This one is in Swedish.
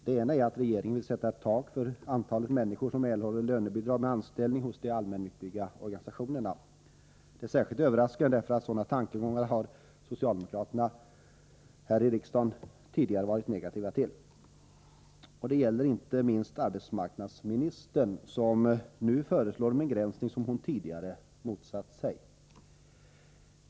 Det ena är att regeringen vill sätta ett ”tak” för antalet människor som erhåller lönebidrag vid anställning hos de allmännyttiga organisationerna. Det är särskilt överraskande, eftersom socialdemokraterna här i riksdagen tidigare har varit negativa till sådana tankegångar. Det gäller inte minst arbetsmarknadsministern, som nu föreslår en begränsning som hon tidigare motsatt sig.